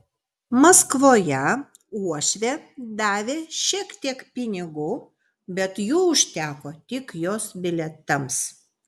maskvoje uošvė davė šiek tiek pinigų bet jų užteko tik jos bilietams